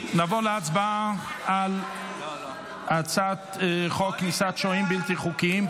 נעבור להצבעה על הצעת חוק כניסת שוהים בלתי חוקים,